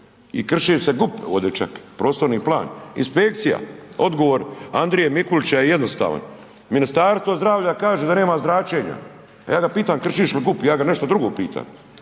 I krši se GUP ovdje čak, prostorni plan, inspekcija. Odgovor Andrije Mikulića je jednostavan. Ministarstvo zdravlja kaže da nema zračenja. A ja ga pitam kršiš li GUP, ja ga nešto drugo pitam